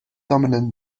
dominant